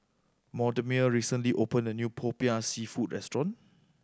Mortimer recently opened a new Popiah Seafood restaurant